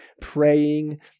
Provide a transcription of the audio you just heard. praying